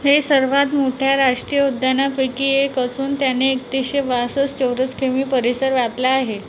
हे सर्वात मोठ्या राष्ट्रीय उद्यानांपैकी एक असून त्याने एकतीसशे बासष्ट चौरस कि मी परिसर व्यापला आहे